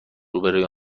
روبهروی